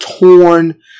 torn